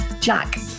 Jack